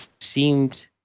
seemed